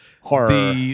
horror